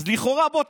אז לכאורה בואו,